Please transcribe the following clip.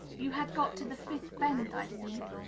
you had got to the fifth bend, i think?